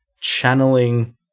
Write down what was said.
channeling